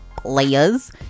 players